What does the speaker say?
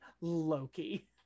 Loki